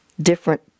different